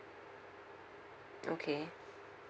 okay